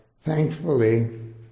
thankfully